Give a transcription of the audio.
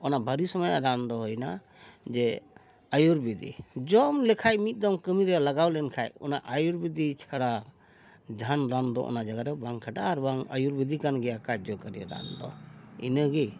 ᱚᱱᱟ ᱵᱟᱹᱨᱤ ᱥᱚᱢᱚᱭ ᱨᱟᱱ ᱫᱚ ᱦᱩᱭᱱᱟ ᱡᱮ ᱟᱹᱭᱩᱨᱵᱮᱫᱤ ᱡᱚᱢ ᱞᱮᱠᱷᱟᱡ ᱢᱤᱫ ᱫᱚᱢ ᱠᱟᱹᱢᱤ ᱨᱮ ᱞᱟᱜᱟᱣ ᱞᱮᱱᱠᱷᱟᱡ ᱚᱱᱟ ᱟᱹᱭᱩᱨᱵᱮᱫᱤᱠ ᱪᱷᱟᱲᱟ ᱡᱟᱦᱟᱱ ᱨᱟᱱ ᱫᱚ ᱚᱱᱟ ᱡᱟᱭᱜᱟ ᱨᱮ ᱵᱟᱝ ᱠᱷᱟᱴᱟᱜᱼᱟ ᱟᱨᱵᱟᱝ ᱟᱹᱭᱩᱨᱵᱮᱫᱤ ᱠᱟᱱ ᱜᱮᱭᱟ ᱠᱟᱨᱡᱚᱠᱚᱨᱤᱭᱟ ᱨᱟᱱ ᱫᱚ ᱤᱱᱟᱹᱜᱮ